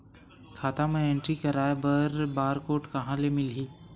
खाता म एंट्री कराय बर बार कोड कहां ले मिलही?